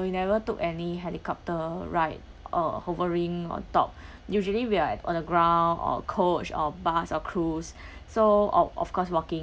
we never took any helicopter ride or hovering on top usually we are on the ground or coach or bus or cruise so oh of course walking